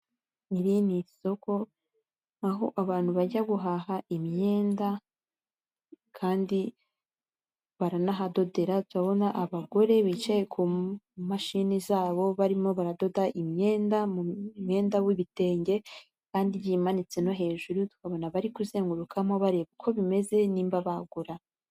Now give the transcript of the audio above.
Iri ni isoko aho abantu bajya guhaha imyenda kandi baranahadodera turabona abagore bicaye ku mashini zabo barimo baradoda imyenda, mu mwenda w'ibitenge kandi imanitse no hejuru tukabona abari kuzengurukamo bareba ko bimeze nimba bagura.